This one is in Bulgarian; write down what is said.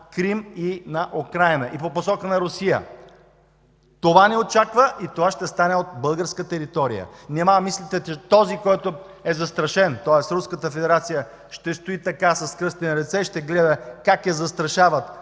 Крим и на Украйна, и по посока на Русия. Това ни очаква и това ще стане от българска територия. Нима мислите, че този, който е застрашен, тоест Руската федерация, ще стои със скръстени ръце и ще гледа как я застрашават